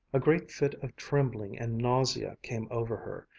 a great fit of trembling and nausea came over her.